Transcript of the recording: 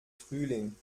frühling